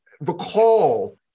recall